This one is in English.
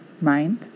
Mind